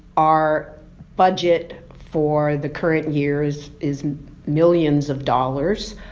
our budget for the current year is is millions of dollars.